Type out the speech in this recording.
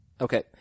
Okay